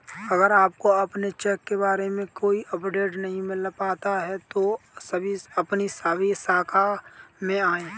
अगर आपको अपने चेक के बारे में कोई अपडेट नहीं मिल पाता है तो अपनी शाखा में आएं